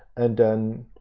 and then